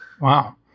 Wow